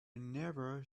never